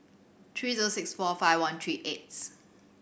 three zero six four five one three eighth